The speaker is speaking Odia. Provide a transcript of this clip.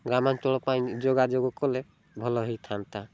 ଗ୍ରାମାଞ୍ଚଳ ପାଇଁ ଯୋଗାଯୋଗ କଲେ ଭଲ ହେଇଥାନ୍ତା